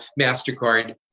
MasterCard